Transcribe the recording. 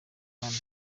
nganda